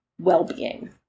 well-being